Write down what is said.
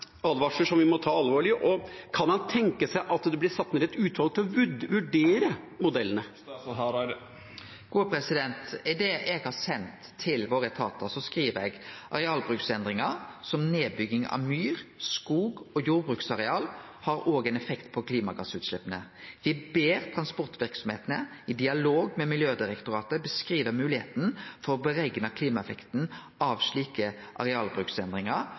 som vi må ta alvorlig? Og kan man tenke seg at det blir satt ned et utvalg til å vurdere modellene? I det eg har sendt til våre etatar, skriv eg: «Arealbruksendringer som nedbygging av myr, skog og jordbruksareal, har også en effekt på klimagassutslippene. Vi ber transportvirksomhetene i dialog med Miljødirektoratet beskrive muligheten for å beregne klimaeffekten av slike arealbruksendringer